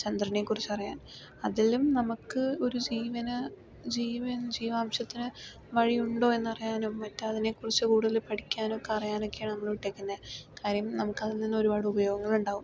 ചന്ദ്രനെക്കുറിച്ചറിയാൻ അതിലും നമുക്ക് ഒരു ജീവന് ജീവൻ ജീവാംശത്തിന് വഴിയുണ്ടോ എന്നറിയാനും മറ്റും അതിനെ കുറിച്ച് കൂടുതൽ പഠിക്കാനും പറയാനൊക്കെയാണ് നമ്മള് വിട്ടേക്കുന്നത് കാര്യം നമുക്ക് അതിൽ നിന്നും ഒരുപാട് ഉപയോഗങ്ങളുണ്ടാകും